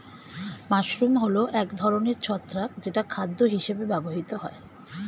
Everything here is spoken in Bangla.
মাশরুম হল এক ধরনের ছত্রাক যেটা খাদ্য হিসেবে ব্যবহৃত হয়